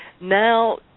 now